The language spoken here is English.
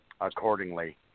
accordingly